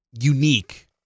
unique